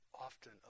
often